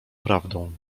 prawdą